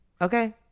okay